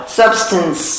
substance